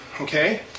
okay